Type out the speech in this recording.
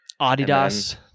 Adidas